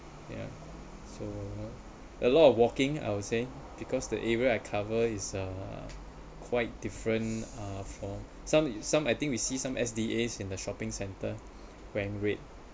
yeah so a lot of walking I would say because the area I cover is uh quite different uh from some some I think we see some S_D_As in the shopping centre wear red